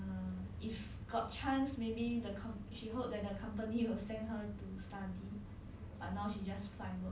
she just find work lor she also go she go call center also ya then she say err